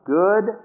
good